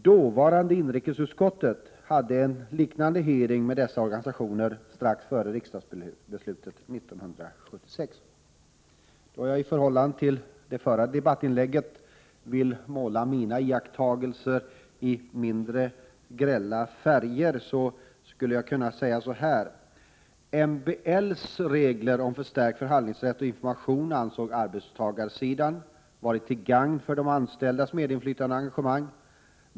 Dåvarande inrikesutskottet hade en liknande hearing med dessa organisationer strax före riksdagsbeslutet 1976. Då jag i förhållande till den föregående talaren vill måla mina iakttagelser i mindre grälla färger skulle jag kunna säga så här: MBL:s regler om förstärkt förhandlingsrätt och information ansåg arbetstagarsidan ha varit till gagn för de anställdas medinflytande och engagemang.